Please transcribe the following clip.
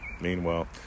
Meanwhile